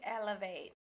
elevate